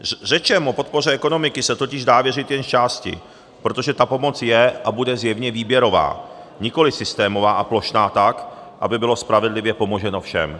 Řečem o podpoře ekonomiky se totiž dá věřit jen zčásti, protože ta pomoc je a bude zjevně výběrová, nikoli systémová a plošná, tak aby bylo spravedlivě pomoženo všem.